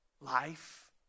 life